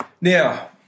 now –